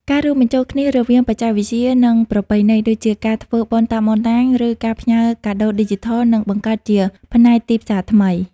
ការរួមបញ្ចូលគ្នារវាងបច្ចេកវិទ្យា និងប្រពៃណី ដូចជាការធ្វើបុណ្យតាមអនឡាញ ឬការផ្ញើកាដូឌីជីថល នឹងបង្កើតជាផ្នែកទីផ្សារថ្មី។